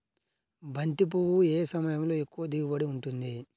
బంతి పువ్వు ఏ సమయంలో ఎక్కువ దిగుబడి ఉంటుంది?